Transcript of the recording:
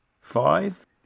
Five